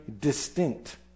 distinct